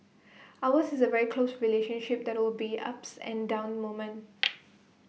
ours is A very close relationship that will be ups and down moments